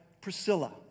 Priscilla